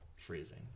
freezing